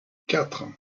quatre